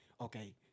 okay